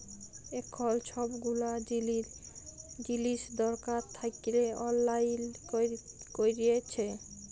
এখল ছব গুলা জিলিস ছরকার থ্যাইকে অললাইল ক্যইরেছে